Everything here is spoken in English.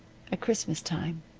at christmas time,